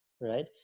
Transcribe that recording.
Right